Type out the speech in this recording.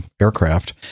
aircraft